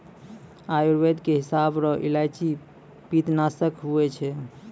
आयुर्वेद के हिसाब रो इलायची पित्तनासक हुवै छै